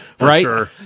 right